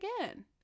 again